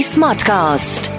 Smartcast